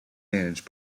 managed